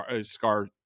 Scar